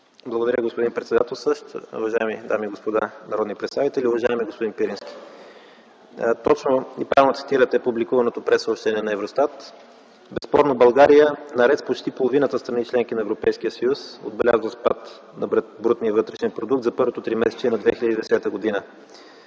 Благодаря, господин председател. Уважаеми дами и господа народни представители! Уважаеми господин Пирински, точно и правилно цитирате публикуваното прессъобщение на Евростат. Безспорно България, наред с почти половината страни – членки на Европейския съюз отбелязва спад на Брутния вътрешен продукт за първото тримесечие на 2010 г.